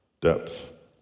depth